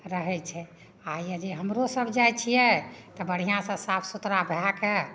रहैत छै आ यदि हमरो सब जाइत छियै तऽ बढ़िआँसँ साफ सुथड़ा भए कऽ